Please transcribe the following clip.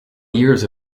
years